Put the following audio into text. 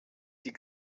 die